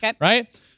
Right